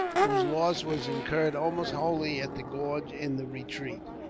whose loss was incurred almost wholly at the gorge in the retreat.